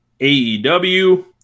AEW